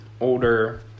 older